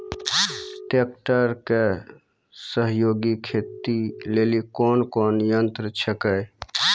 Tractor के सहयोगी खेती लेली कोन कोन यंत्र छेकै?